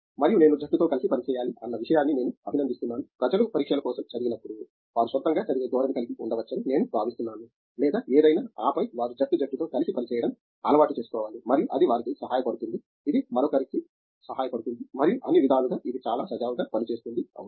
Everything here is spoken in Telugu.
మరియు నేను జట్టుతో కలిసి పని చేయాలి అన్న విషయాన్ని నేను అభినందిస్తున్నాను ప్రజలు పరీక్షల కోసం చదివినప్పుడు వారు సొంతంగా చదివే ధోరణి కలిగి ఉండవచ్చని నేను భావిస్తున్నాను లేదా ఏదైనా ఆపై వారు జట్టు జట్టుతో కలిసి పని చేయడం అలవాటు చేసుకోవాలి మరియు అది వారికి సహాయపడుతుంది ఇది మరొకరికి సహాయపడుతుంది మరియు అన్ని విధాలుగా ఇది చాలా సజావుగా పనిచేస్తుంది అవును